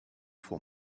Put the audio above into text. for